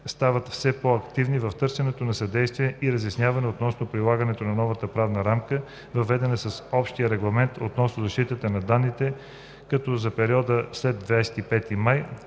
стават все по-активни в търсенето на съдействие и разясняване относно прилагането на новата правна рамка, въведена с Общия регламент, относно защита на данните, като за периода след 25 май